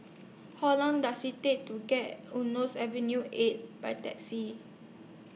How Long Does IT Take to get to Eunos Avenue eight By Taxi